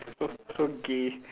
so so gay